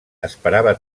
esperava